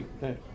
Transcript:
Hey